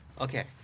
Okay